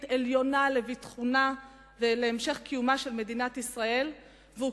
עליונה לביטחונה של מדינת ישראל ולהמשך קיומה,